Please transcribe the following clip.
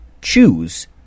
choose